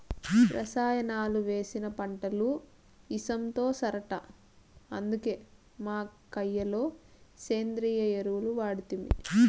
రసాయనాలు వేసిన పంటలు ఇసంతో సరట అందుకే మా కయ్య లో సేంద్రియ ఎరువులు వాడితిమి